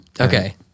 Okay